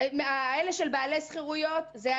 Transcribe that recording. בעלי שכירויות רוצים את השכירות,